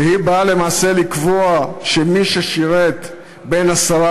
והיא באה למעשה לקבוע שמי ששירת בין עשרה